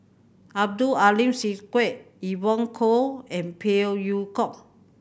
Abdul Aleem Siddique Evon Kow and Phey Yew Kok